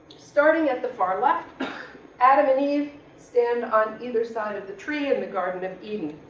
starting at the far left adam and eve stand on either side of the tree in the garden of eden.